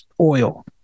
oil